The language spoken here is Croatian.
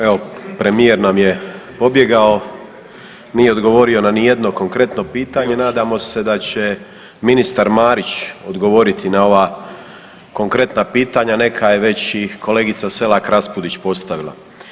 Evo, premijer nam je pobjegao, nije odgovorio na ni jedno konkretno pitanje, nadamo se da će ministar Marić odgovoriti na ova konkretna pitanja, neka je već i kolegica Selak Raspudić postavila.